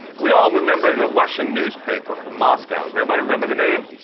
we all remember the russian newspaper from moscow, does everybody remember the name?